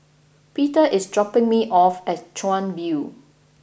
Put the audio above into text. Peter is dropping me off at Chuan View